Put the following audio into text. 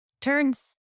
turns